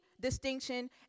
distinction